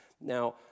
Now